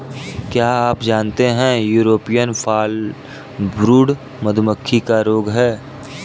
क्या आप जानते है यूरोपियन फॉलब्रूड मधुमक्खी का रोग है?